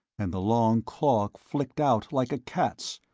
and the long claw flicked out like a cat's,